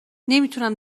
نمیتونم